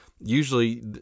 Usually